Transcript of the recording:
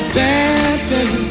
dancing